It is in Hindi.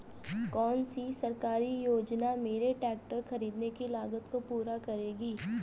कौन सी सरकारी योजना मेरे ट्रैक्टर ख़रीदने की लागत को पूरा करेगी?